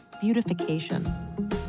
beautification